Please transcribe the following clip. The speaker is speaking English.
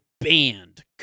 banned